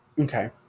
Okay